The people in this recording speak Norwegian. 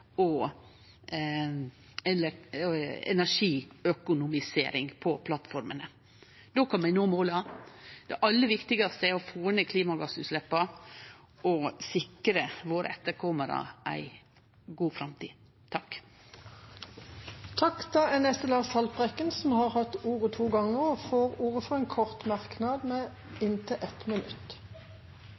og energiøkonomisering på plattformene. Då kan vi nå måla. Det aller viktigaste er å få ned klimagassutsleppa og sikre etterkomarane våre ei god framtid. Representanten Lars Haltbrekken har hatt ordet to ganger tidligere og får ordet til en kort merknad, begrenset til 1 minutt.